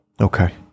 Okay